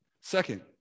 Second